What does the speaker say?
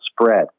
spread